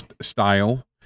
style